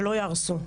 שלא יהרסו.